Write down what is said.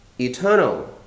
eternal